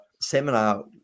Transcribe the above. seminar